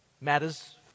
matters